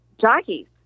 jockeys